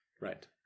right